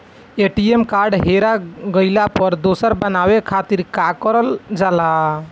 ATM card हेरा गइल पर दोसर बनवावे खातिर का करल जाला?